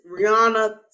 Rihanna